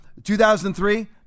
2003